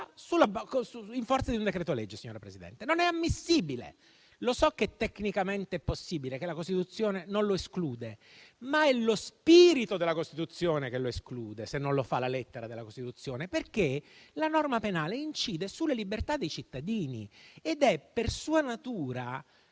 in forza di un decreto-legge - signora Presidente - non è ammissibile. Lo so che è tecnicamente possibile, che la Costituzione non lo esclude, ma è lo spirito della Costituzione che lo esclude, se non lo fa la lettera della Costituzione, perché la norma penale incide sulle libertà dei cittadini e necessita per sua natura